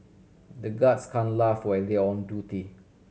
the guards can laugh when they are on duty